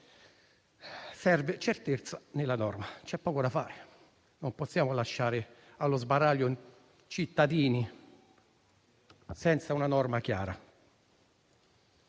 Serve certezza nella norma, c'è poco da fare. Non possiamo lasciare allo sbaraglio i cittadini senza una norma chiara.